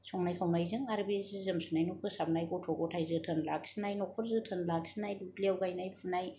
संनाय खावनायजों आरो बे जि जोम सुनाय न' फोसाबनाय गथ' गथाय जोथोन लाखिनाय न'खर जोथोन लाखिनाय दुब्लियाव गायनाय फुनाय